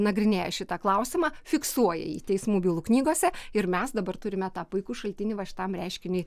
nagrinėja šitą klausimą fiksuoja jį teismų bylų knygose ir mes dabar turime tą puikų šaltinį va šitam reiškiniui